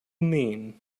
mean